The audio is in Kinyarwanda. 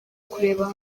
kureba